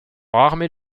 armer